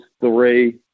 three